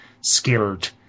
skilled